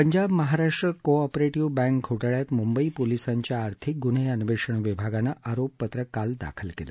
Punjab Maharashtra cooperative bank घोटाळ्यात मुंबई पोलीसांच्या आर्थिक गुन्हे अन्वेषण विभागानं आरोपपत्र काल दाखल केलं